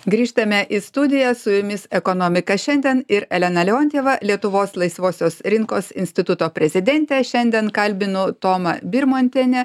grįžtame į studiją su jumis ekonomika šiandien ir elena leontjeva lietuvos laisvosios rinkos instituto prezidentė šiandien kalbinu tomą birmontienę